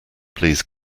please